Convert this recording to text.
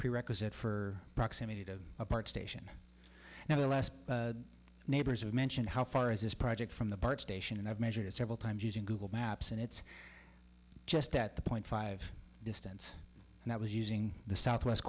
prerequisite for proximity to a park station now the last neighbors have mentioned how far is this project from the bart station and i've measured it several times using google maps and it's just at the point five distance and i was using the southwest